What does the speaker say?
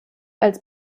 als